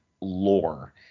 lore